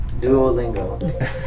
Duolingo